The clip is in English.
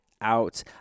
out